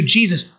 Jesus